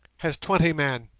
has twenty men,